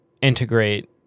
integrate